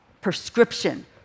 prescription